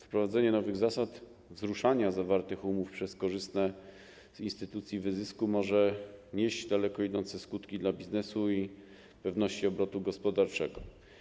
Wprowadzenie nowych zasad wzruszania zawartych umów przez korzystanie z instytucji wyzysku może mieć daleko idące skutki dla biznesu i pewności obrotu gospodarczego.